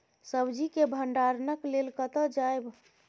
सब्जी के भंडारणक लेल कतय जायब?